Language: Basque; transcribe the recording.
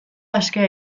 askea